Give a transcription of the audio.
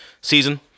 season